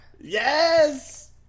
Yes